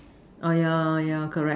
oh yeah yeah correct